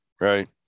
right